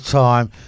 time